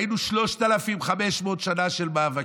והיינו בשלושת אלפים חמש מאות שנים של מאבקים.